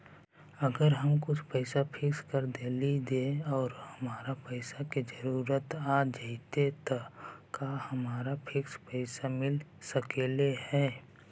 अगर हम कुछ पैसा फिक्स कर देली हे और हमरा पैसा के जरुरत आ जितै त का हमरा फिक्स पैसबा मिल सकले हे?